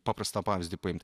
paprastą pavyzdį paimt